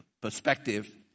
perspective